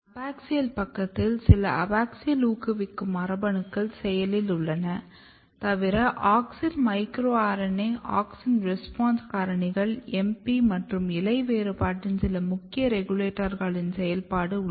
abaxial பக்கத்தில் சில abaxial ஊக்குவிக்கும் மரபணுக்கள் செயலில் உள்ளன தவிர auxin micro RNA auxin response காரணிகள் MP மற்றும் இலை வேறுபாட்டின் சில முக்கிய ரெகுலேட்டர்களின் செயல்பாடு உள்ளது